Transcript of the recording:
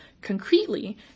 Concretely